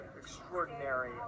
extraordinary